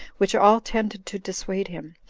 which all tended to dissuade him,